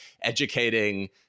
educating